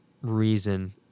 reason